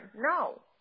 No